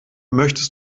möchtest